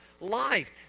life